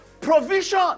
provision